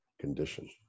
condition